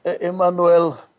Emmanuel